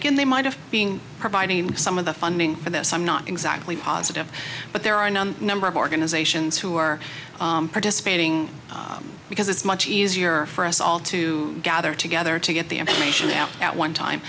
again they might have been providing some of the funding for this i'm not exactly positive but there are none number of organizations who are participating because it's much easier for us all to gather together to get the information out at one time